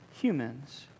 humans